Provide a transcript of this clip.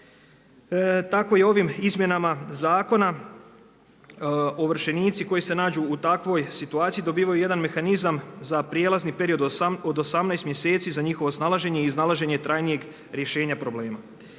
Tako i ovim izmjenama zakona ovršenici koji se nađu u takvoj situaciji dobivaju jedan mehanizam za prijelazni period od 18 mjeseci za njihovo snalaženje i iznalaženje trajnijeg rješenja problema.